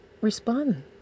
respond